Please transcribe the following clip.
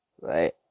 Right